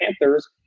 Panthers